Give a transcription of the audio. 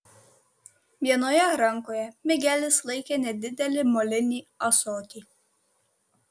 vienoje rankoje migelis laikė nedidelį molinį ąsotį